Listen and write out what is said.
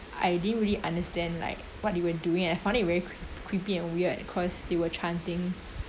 I didn't really understand like what they were doing and I found it very cree~ creepy and weird cause they were chanting